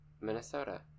Minnesota